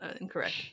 Incorrect